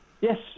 Yes